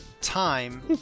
time